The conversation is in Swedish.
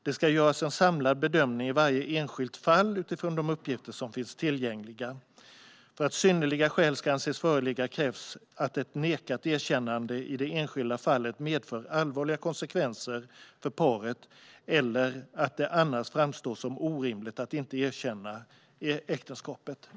Det ska göras en samlad bedömning i varje enskilt fall utifrån de uppgifter som finns tillgängliga. För att synnerliga skäl ska anses föreligga krävs att ett nekat erkännande i det enskilda fallet medför allvarliga konsekvenser för paret eller att det annars framstår som orimligt att inte erkänna äktenskapet.